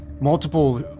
multiple